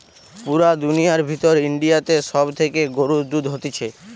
পুরা দুনিয়ার ভিতর ইন্ডিয়াতে সব থেকে গরুর দুধ হতিছে